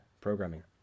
programming